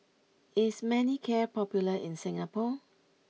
is Manicare popular in Singapore